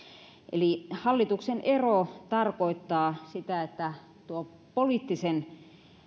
eli hallituksen ero tarkoittaa sitä että tuo